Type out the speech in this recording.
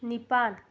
ꯅꯤꯄꯥꯜ